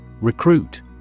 Recruit